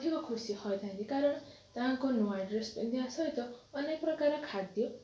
ଅଧିକ ଖୁସି ହୋଇଥାନ୍ତି କାରଣ ତାଙ୍କ ନୂଆ ଡ୍ରେସ୍ ପିନ୍ଧିବା ସହିତ ଅନେକ ପ୍ରକାରର ଖାଦ୍ୟ